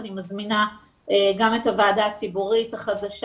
אני מזמינה גם את הוועדה הציבורית החדשה